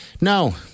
No